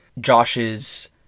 Josh's